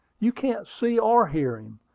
you can't see or hear him,